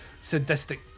sadistic